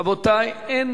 רבותי, אין